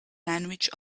language